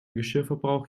geschirrverbrauch